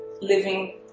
living